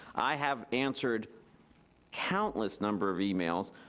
i have answered countless number of emails,